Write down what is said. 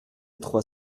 trois